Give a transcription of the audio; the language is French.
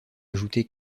ajouté